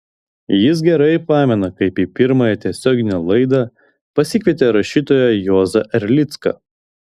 jis gerai pamena kaip į pirmąją tiesioginę laidą pasikvietė rašytoją juozą erlicką